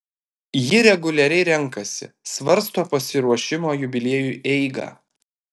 ji reguliariai renkasi svarsto pasiruošimo jubiliejui eigą